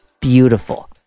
beautiful